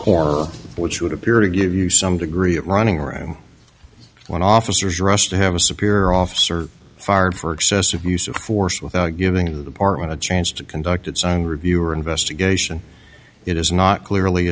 core which would appear to give you some degree of running around when officers rushed to have a superior officer far for excessive use of force without giving the apartment a chance to conduct its on review or investigation it is not clearly